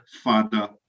father